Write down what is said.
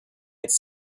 its